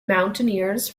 mountaineers